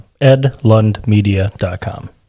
edlundmedia.com